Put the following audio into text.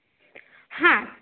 હા